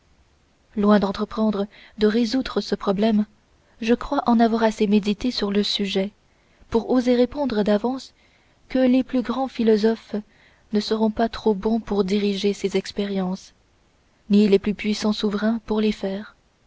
loin d'entreprendre de résoudre ce problème je crois en avoir assez médité le sujet pour oser répondre d'avance que les plus grands philosophes ne seront pas trop bons pour diriger ces expériences ni les plus puissants souverains pour les faire